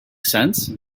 sense